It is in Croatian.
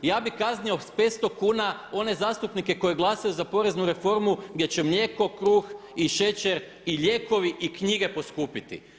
Ja bih kaznio sa 500 kuna one zastupnike koji glasaju za poreznu reformu gdje će mlijeko, kruh i šećer i lijekovi i knjige poskupiti.